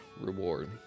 reward